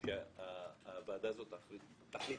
שהוועדה הזאת תחליט עליה,